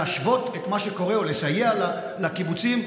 להשוות את מה שקורה ולסייע לקיבוצים,